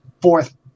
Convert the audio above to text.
fourth